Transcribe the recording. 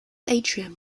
atrium